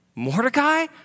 Mordecai